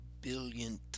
billionth